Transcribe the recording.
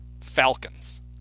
Falcons